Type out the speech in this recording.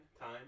Time